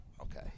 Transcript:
Okay